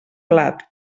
blat